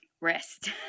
rest